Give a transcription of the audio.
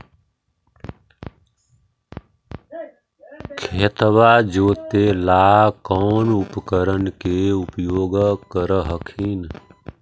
खेतबा जोते ला कौन उपकरण के उपयोग कर हखिन?